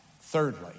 thirdly